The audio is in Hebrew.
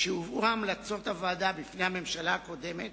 כשהובאו המלצות הוועדה בפני הממשלה הקודמת